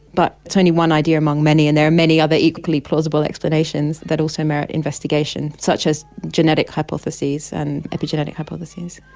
but it's only one idea among many, and there are many other equally plausible explanations that also merit investigation, such as genetic hypotheses and epigenetic hypotheses.